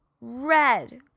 red